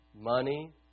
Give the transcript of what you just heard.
money